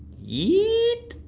yeet!